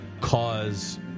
cause